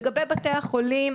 לגבי בתי החולים,